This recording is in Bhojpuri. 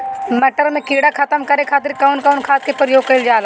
मटर में कीड़ा खत्म करे खातीर कउन कउन खाद के प्रयोग कईल जाला?